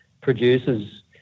producers